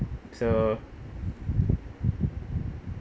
so